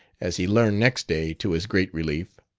as he learned next day to his great relief.